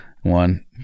One